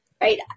right